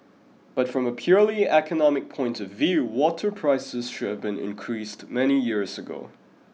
but from a purely economic point of view water prices should have been increased many years ago